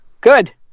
Good